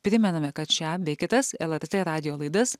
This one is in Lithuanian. primename kad šią bei kitas lrt radijo laidas